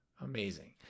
Amazing